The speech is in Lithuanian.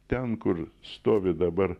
ten kur stovi dabar